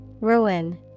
Ruin